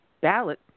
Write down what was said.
ballot